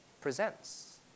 presents